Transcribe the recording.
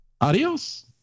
Adios